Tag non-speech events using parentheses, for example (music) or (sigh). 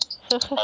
(laughs)